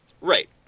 Right